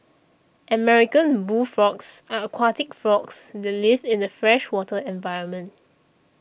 American bullfrogs are aquatic frogs that live in a freshwater environment